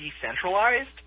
decentralized